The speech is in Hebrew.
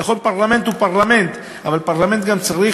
נכון, כל פרלמנט הוא פרלמנט, אבל פרלמנט גם צריך